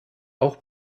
auch